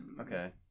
Okay